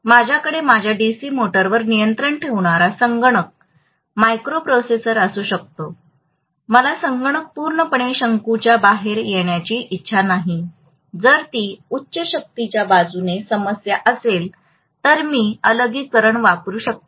माझ्याकडे माझ्या डीसी मोटरवर नियंत्रण ठेवणारा संगणक मायक्रोप्रोसेसर असू शकतो मला संगणक पूर्णपणे शंकूच्या बाहेर येण्याची इच्छा नाही जर ती उच्च शक्तीच्या बाजूने समस्या असेल तर मी अलगीकरण वापरू शकतो